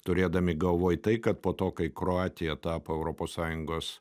turėdami galvoj tai kad po to kai kroatija tapo europos sąjungos